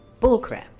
bullcrap